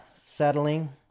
settling